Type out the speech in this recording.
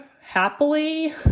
happily